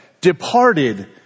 departed